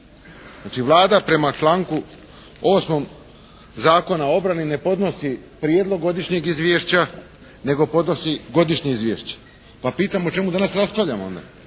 Znači, Vlada prema članku 8. Zakona o obrani, ne podnosi prijedlog godišnjeg izvješća, nego podnosi podnosi godišnje izvješće. Pa pitam, o čemu danas raspravljamo onda?